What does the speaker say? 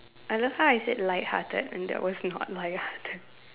I love how I said lighthearted and that was not lighthearted